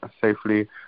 safely